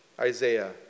Isaiah